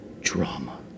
drama